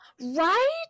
right